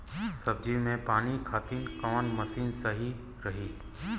सब्जी में पानी खातिन कवन मशीन सही रही?